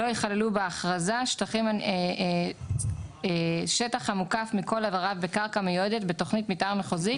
"לא יכללו בהכרזה שטח המוקף מכל עבריו בקרקע מיועדת בתוכנית מתאר מחוזית